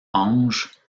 ange